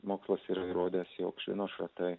mokslas yra įrodęs jog švino šratai